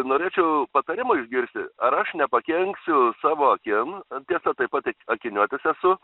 norėčiau patarimo išgirsti ar aš nepakenksiu savo akim tiesa taip pat akiniuotis esu